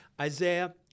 Isaiah